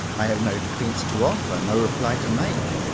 i have no defence to offer a no reply to make.